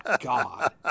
God